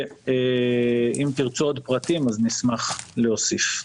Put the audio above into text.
אם תרצו עוד פרטים, נשמח להוסיף.